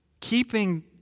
keeping